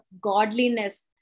godliness